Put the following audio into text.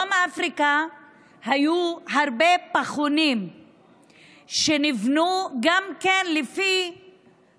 בדרום אפריקה היו הרבה פחונים שגם כן, לפי